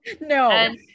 No